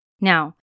Now